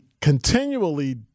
continually